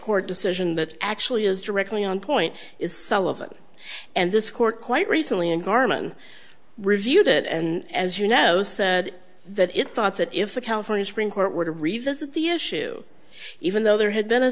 court decision that actually is directly on point is sullivan and this court quite recently and carmen reviewed it and as you know said that it thought that if the california supreme court were to revisit the issue even though there had been a